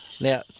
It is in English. Now